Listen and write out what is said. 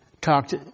talked